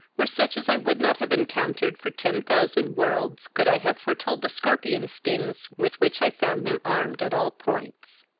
were such as i would not have encountered for ten thousand worlds, could i have foretold the scorpion stings with which i found them armed at all points.